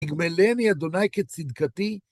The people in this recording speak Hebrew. תגמלני, אדוני, כצדקתי.